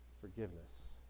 forgiveness